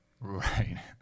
Right